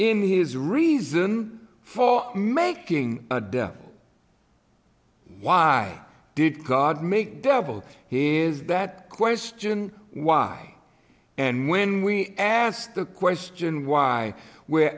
in his reason for making a devil why did god make devil he is that question why and when we asked the question why we're